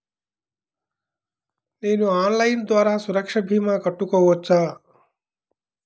నేను ఆన్లైన్ ద్వారా సురక్ష భీమా కట్టుకోవచ్చా?